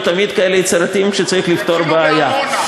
תמיד כאלה יצירתיים כשצריך לפתור בעיה.